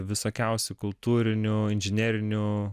visokiausių kultūrinių inžinerinių